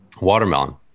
watermelon